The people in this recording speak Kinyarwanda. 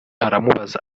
aramubaza